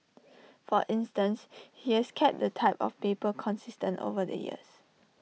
for instance he has kept the type of paper consistent over the years